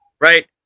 right